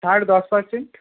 ছাড় দশ পার্সেন্ট